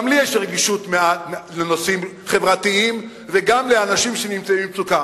גם לי יש רגישות לנושאים חברתיים וגם לאנשים שנמצאים במצוקה.